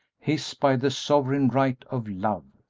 his by the sovereign right of love.